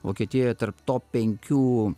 vokietijoje tarp top penkių